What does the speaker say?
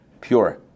pure